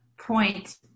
point